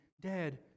dead